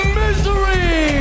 misery